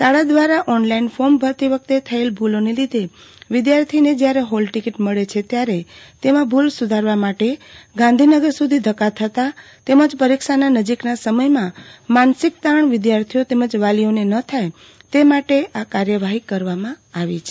શાળા દ્રારા online form ભરતી વખતે થયેલ ભુલોને લીધે વિધાર્થીઓને જ્યારે ફોલટીકીટ મળે છે ત્યારે તેમાં ભુલ સુધારવા માટે ગાંધીનગર સુધી ધક્કા થતાં તેમજ પરીક્ષાના નજીકના સમયમાં માનસિક તાણ વિધાર્થીઓ તેમજ વાલીઓને ન થાય તે માટે આ કાર્યવાફી કરવામાં આવી છે